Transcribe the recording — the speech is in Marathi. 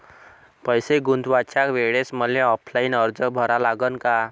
पैसे गुंतवाच्या वेळेसं मले ऑफलाईन अर्ज भरा लागन का?